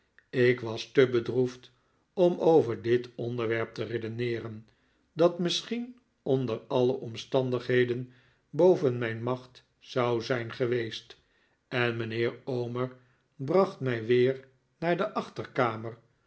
ik was te bedroefd r om over dit onderwerp te redeneeren dat misschien onder alle omstandigheden boven mijn macht zou zijn geweest en mijnheer omer bracht mij weer naar de achterkamer